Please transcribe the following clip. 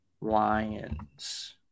Lions